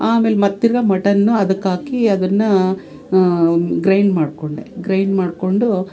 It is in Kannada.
ಆಮೇಲೆ ಮತ್ತು ತಿರ್ಗಾ ಮಟನ್ನು ಅದಕ್ಕೆ ಹಾಕಿ ಅದನ್ನು ಗ್ರೈಂಡ್ ಮಾಡಿಕೊಂಡೆ ಗ್ರೈಂಡ್ ಮಾಡಿಕೊಂಡು